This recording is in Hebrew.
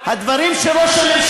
הדברים של ראש הממשלה הרבה יותר חמורים,